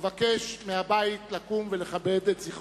אבקש מהבית לקום ולכבד את זכרו.